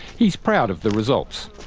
he's proud of the results.